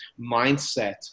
mindset